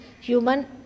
human